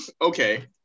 Okay